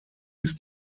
ist